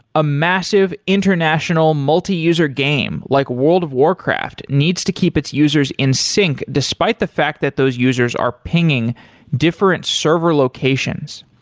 a massive international multi-user game, like world of war craft, needs to keep its users in sync despite the fact that those those users are pinging different server locations.